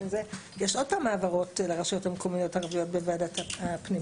יש עוד פעם העברות לרשויות המקומיות הערביות בוועדות הכספים,